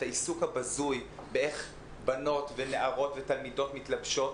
העיסוק הבזוי בשאלה איך בנות ונערות ותלמידות מתלבשות